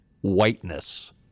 whiteness